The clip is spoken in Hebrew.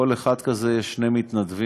לכל אחד כזה יש שני מתנדבים.